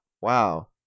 Wow